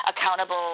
accountable